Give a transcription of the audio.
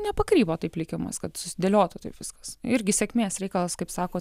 nepakrypo taip likimas kad susidėliotų taip viskas irgi sėkmės reikalas kaip sako